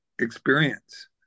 experience